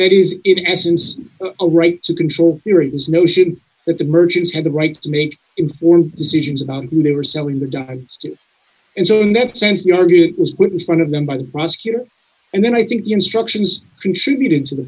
that is in essence a right to control theory this notion that the merchants had the right to make informed decisions about who they were selling the dogs to and so in that sense the argue it was with one of them by the prosecutor and then i think the instructions contributed to the